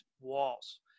walls